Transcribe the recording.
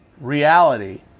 reality